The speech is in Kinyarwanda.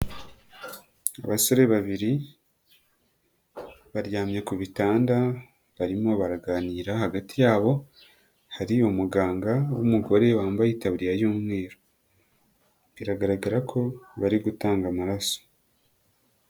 Abasore babiri, baryamye ku bitanda, barimo baraganira, hagati yabo hari umuganga w'umugore wambaye itabiriye y'umweru, biragaragara ko bari gutanga amaraso.